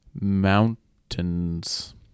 mountains